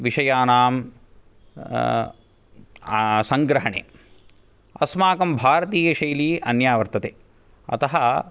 विषयाणां सङ्ग्रहणे अस्माकं भारतीयशैली अन्या वर्तते अतः